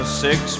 six